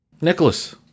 Nicholas